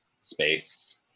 space